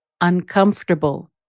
Uncomfortable